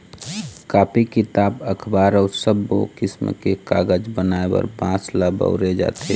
copy, किताब, अखबार अउ सब्बो किसम के कागज बनाए बर बांस ल बउरे जाथे